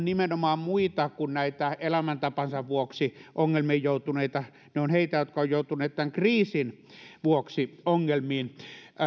nimenomaan muita kuin näitä elämäntapansa vuoksi ongelmiin joutuneita he ovat niitä jotka ovat joutuneet tämän kriisin vuoksi ongelmiin